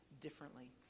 differently